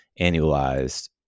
annualized